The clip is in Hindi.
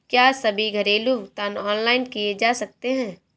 क्या सभी घरेलू भुगतान ऑनलाइन किए जा सकते हैं?